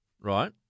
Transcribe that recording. right